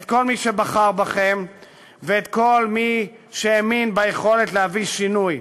את כל מי שבחר בכם ואת כל מי שהאמין ביכולת להביא שינוי.